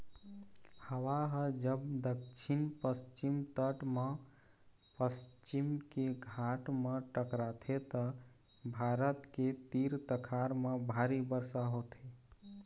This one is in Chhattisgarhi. हवा ह जब दक्छिन पस्चिम तट म पश्चिम के घाट म टकराथे त भारत के तीर तखार म भारी बरसा होथे